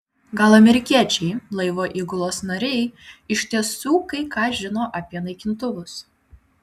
gal amerikiečiai laivo įgulos nariai iš tiesų kai ką žino apie naikintuvus